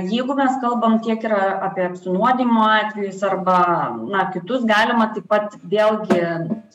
jeigu mes kalbam tiek ir apie apsinuodijimo atvejus arba na kitus galima taip pat vėlgi